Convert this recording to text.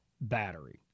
battery